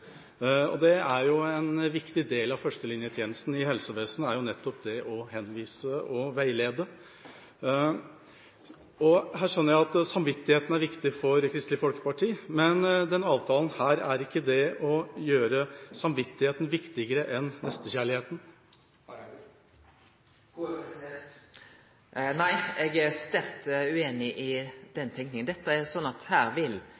i helsevesenet er jo nettopp det å henvise og å veilede. Her skjønner jeg at samvittigheten er viktig for Kristelig Folkeparti. Men er ikke denne avtalen med på å gjøre samvittigheten viktigere enn nestekjærligheten? Nei, eg er sterkt ueinig i den tenkinga. Det er ikkje slik at helsetilbodet vil